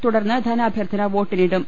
തുടർന്ന് ധനാഭ്യർത്ഥന വോട്ടിനിടും